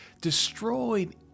destroyed